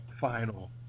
final